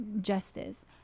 justice